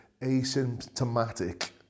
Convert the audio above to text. asymptomatic